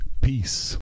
Peace